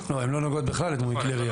לא, הן לא נוגעות בכלל לדמוי כלי ירייה.